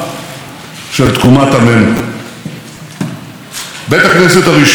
בית הכנסת הראשון הוא בית הכנסת כוראל בווילנה,